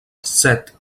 sept